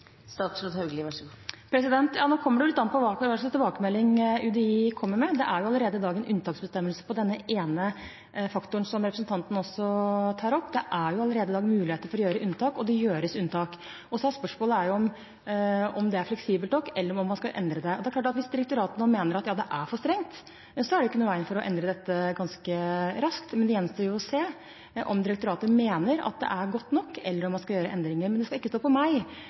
Nå kommer det an på hva slags tilbakemelding UDI kommer med. Det er allerede i dag en unntaksbestemmelse på denne ene faktoren som representanten tar opp. Det er allerede i dag muligheter for å gjøre unntak, og det gjøres unntak. Så er spørsmålet om det er fleksibelt nok, eller om man skal endre det. Det er klart at hvis direktoratet mener at det er for strengt, er det ikke noe i veien for å endre dette ganske raskt. Det gjenstår å se om direktoratet mener at det er godt nok, eller om man skal gjøre endringer. Men det skal ikke stå på meg